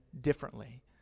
differently